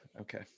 Okay